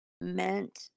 meant